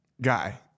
guy